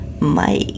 Mike